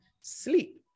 sleep